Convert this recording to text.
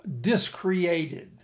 discreated